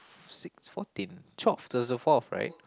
six fourteen twelve two thousand twelve right